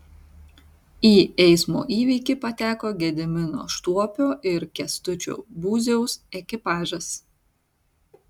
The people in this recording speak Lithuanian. į eismo įvykį pateko gedimino štuopio ir kęstučio būziaus ekipažas